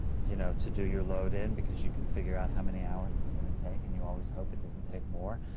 you know, to do your load-in, because you can figure out how many hours it's going to take, and you always hope it doesn't take more.